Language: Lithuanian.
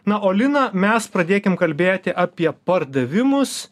na o lina mes pradėkim kalbėti apie pardavimus